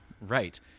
Right